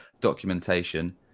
documentation